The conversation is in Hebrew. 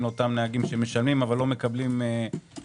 לאותם נהגים שמשלמים אבל לא מקבלים בחזרה,